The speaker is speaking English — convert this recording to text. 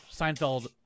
Seinfeld